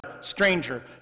stranger